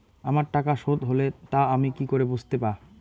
আমার টাকা শোধ হলে তা আমি কি করে বুঝতে পা?